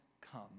come